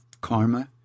karma